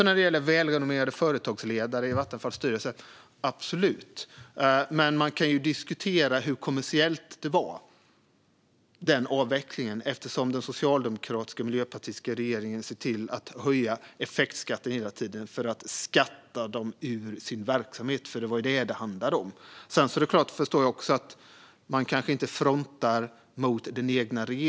När det gäller välrenommerade företagsledare i Vattenfalls styrelse: absolut, men man kan diskutera hur kommersiell avvecklingen var, eftersom den socialdemokratiska och miljöpartistiska regeringen hela tiden såg till att höja effektskatten för att skatta dem ur sin verksamhet. För det är vad det handlade om. Sedan förstår jag också att man kanske inte frontar mot den egna regeringen.